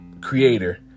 creator